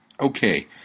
okay